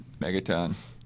Megaton